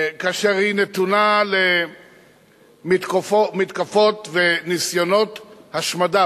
כאשר היא נתונה למתקפות וניסיונות השמדה,